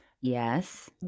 Yes